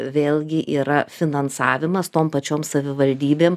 vėlgi yra finansavimas tom pačiom savivaldybėm